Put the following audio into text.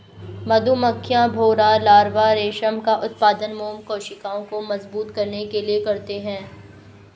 मधुमक्खियां, भौंरा लार्वा रेशम का उत्पादन मोम कोशिकाओं को मजबूत करने के लिए करते हैं